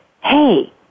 hey